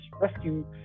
rescue